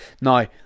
Now